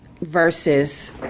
versus